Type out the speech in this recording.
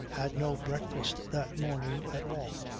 had no breakfast that morning at all.